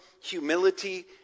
humility